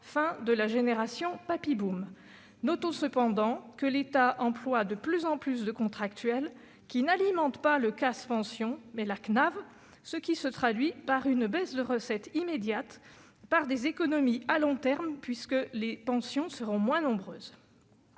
fin de la génération du papy-boom. Notons cependant que l'État emploie de plus en plus de contractuels, qui alimentent non pas le CAS « Pensions », mais la CNAV, ce qui se traduit par une baisse de recettes immédiate, mais par des économies à long terme, car les pensions seront moins nombreuses.